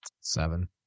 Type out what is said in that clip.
Seven